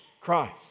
Christ